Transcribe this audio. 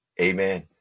Amen